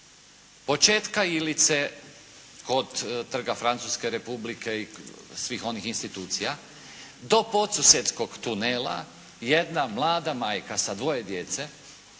početka Ilice kod Trga Francuske Republike i svih onih institucija do Podsusedskog tunela jedna mlada majka sa dvoje djece